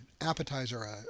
appetizer